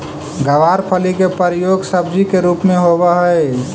गवारफली के प्रयोग सब्जी के रूप में होवऽ हइ